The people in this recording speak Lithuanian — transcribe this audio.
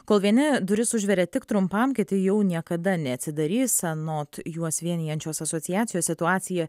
kol vieni duris užveria tik trumpam kiti jau niekada neatsidarys anot juos vienijančios asociacijos situacija